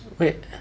wait